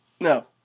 no